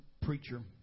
preacher